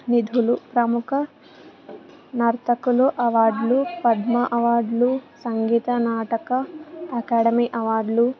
నిధులు ప్రముఖ నర్తకులు అవార్డులు పద్మ అవార్డులు సంగీత నాటక అకాడమీ అవార్డులు